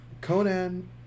Conan